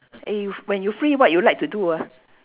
eh if when you free what you like to do ah